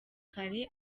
kare